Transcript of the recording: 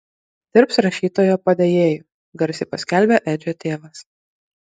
dirbs rašytojo padėjėju garsiai paskelbė edžio tėvas